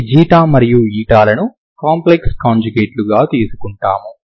ఈ ξ మరియు η లని కాంప్లెక్స్ కాంజుగేట్ లుగా తీసుకుంటాము